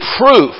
proof